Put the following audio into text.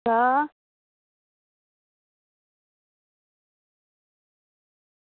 आं